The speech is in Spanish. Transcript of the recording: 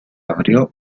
abrió